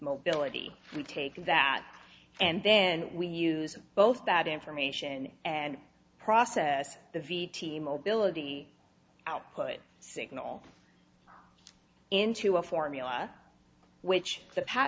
mobility we take that and then we use both that information and process the v t mobility output signal into a formula which the